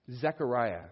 Zechariah